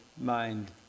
mind